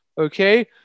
Okay